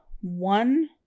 one